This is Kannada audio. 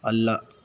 ಅಲ್ಲ